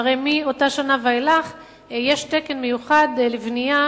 שהרי מאותה שנה ואילך יש תקן מיוחד לבנייה,